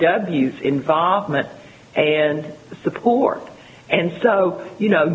w involvement and support and so you know